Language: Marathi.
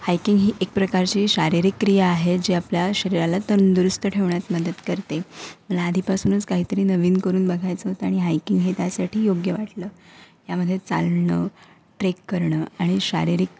हायकिंग ही एक प्रकारची शारीरिक क्रिया आहे जी आपल्या शरीराला तंदुरुस्त ठेवण्यात मदत करते मला आधीपासूनच काहीतरी नवीन करून बघायचं होतं आणि हायकिंग हे त्यासाठी योग्य वाटलं यामध्ये चालणं ट्रेक करणं आणि शारीरिक